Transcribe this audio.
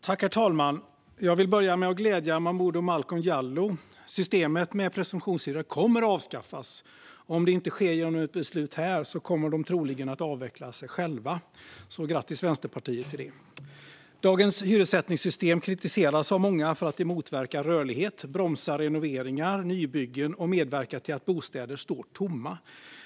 Herr talman! Jag vill börja med att glädja Momodou Malcolm Jallow. Systemet med presumtionshyror kommer att avskaffas. Om det inte sker genom ett beslut här så kommer de troligen att avveckla sig själva. Så grattis, Vänsterpartiet, till det! Dagen hyressättningssystem kritiserats av många för att det motverkar rörlighet, bromsar renoveringar och nybyggen och medverkar till att bostäder står tomma.